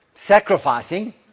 Sacrificing